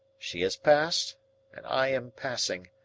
she has passed and i am passing,